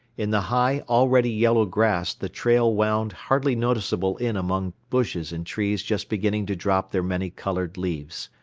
in the high, already yellow grass the trail wound hardly noticeable in among bushes and trees just beginning to drop their many colored leaves.